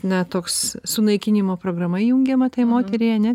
na toks sunaikinimo programa įjungiama tai moteriai ane